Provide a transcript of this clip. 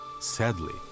Sadly